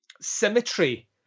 symmetry